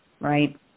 right